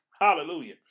Hallelujah